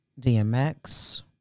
dmx